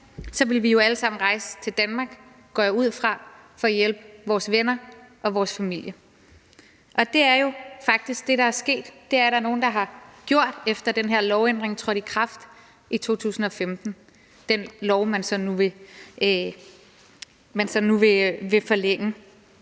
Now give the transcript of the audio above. så ville vi jo alle sammen – går jeg ud fra – rejse til Danmark for at hjælpe vores venner og vores familie. Det er jo faktisk det, der er sket, nemlig at der er nogle, der har gjort det, efter den her lovændring trådte i kraft i 2015 – den lov, som man nu vil forlænge.